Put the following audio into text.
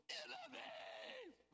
enemies